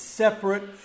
separate